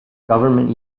government